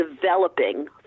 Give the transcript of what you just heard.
developing